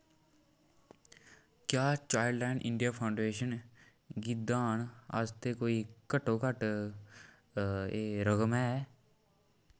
क्या Childline India Foundation गी दान आस्तै कोई घट्टोघट्ट एह् रकम ऐ